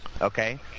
Okay